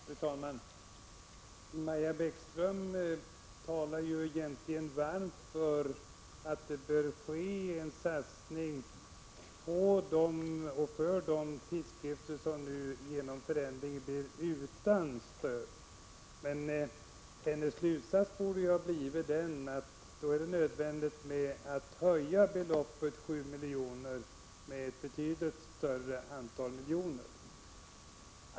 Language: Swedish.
Fru talman! Maja Bäckström talar egentligen varmt för att det bör ske en satsning till förmån för de tidskrifter som nu genom förändringen blir utan stöd. Hennes slutsats borde ha blivit att det är då nödvändigt att höja beloppet sju miljoner till ett betydligt större antal miljoner.